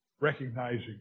recognizing